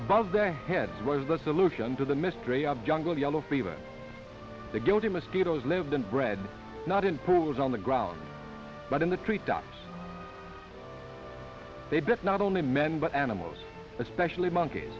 above their heads was the solution to the mystery of jungle yellow fever the guilty mosquitoes lived and bred not impose on the ground but in the tree tops they did not only men but animals especially monkeys